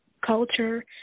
Culture